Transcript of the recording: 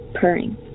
purring